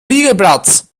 liegeplatz